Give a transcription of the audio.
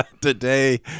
today